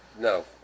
no